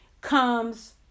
comes